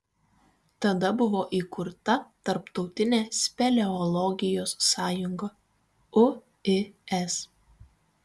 tada buvo įkurta tarptautinė speleologijos sąjunga uis